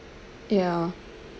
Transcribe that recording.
ya